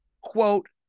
quote